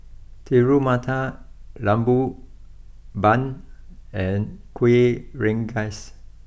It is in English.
Telur Mata Lembu Bun and Kuih Rengas